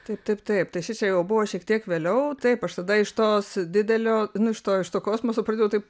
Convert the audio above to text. taip taip taip tai šičia jau buvo šiek tiek vėliau taip aš tada iš tos didelio nu iš to iš to kosmoso pradėjau taip